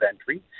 entry